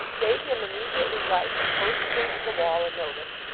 bade him immediately write and post against the wall, a notice,